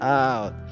out